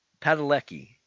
Padalecki